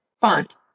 font